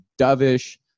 dovish